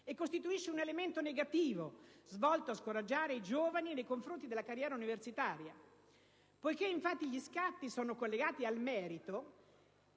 e costituisce un elemento negativo volto a scoraggiare i giovani nei confronti della carriera universitaria. Poiché infatti gli scatti sono collegati al merito